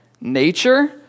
nature